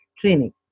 training